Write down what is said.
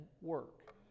work